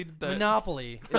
Monopoly